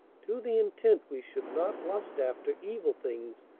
to the intent we should not lust after evil things,